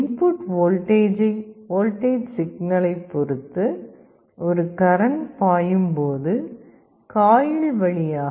input voltage சிக்னல்லைப் பொறுத்து ஒரு கரண்ட் பாயும் போது காயில் வழியாக சில கரண்ட் பாயும்